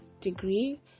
degree